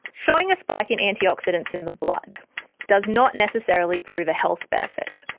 showing a spike in antioxidants in the blood does not necessarily prove a health benefit.